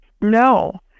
No